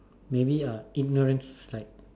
maybe uh ignorance is like